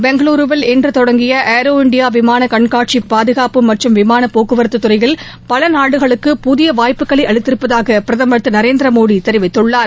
பெங்களுருவில் இன்று தொடங்கிய ஏரோ இண்டியா விமான கண்காட்சி பாதுகாப்பு மற்றும் விமான போக்குவரத்து துறையில் உலக நாடுகளுக்கு புதிய வாய்ப்புகளை அளித்திருப்பதாக பிரதமர் திரு நரேந்திர மோடி தெரிவித்துள்ளார்